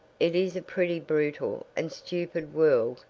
it is a pretty brutal and stupid world,